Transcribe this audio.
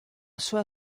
sua